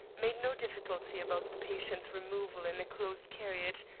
made no difficulty about the patient's removal in a closed carriage,